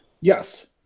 Yes